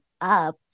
up